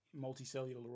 multicellular